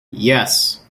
yes